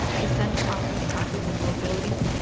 the center offers classes in mobility,